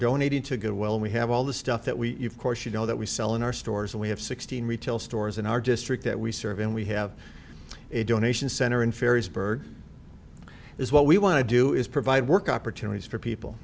donating to go well we have all the stuff that we course you know that we sell in our stores and we have sixteen retail stores in our district that we serve and we have a donation center in faeries bird is what we want to do is provide work opportunities for people